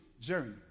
journey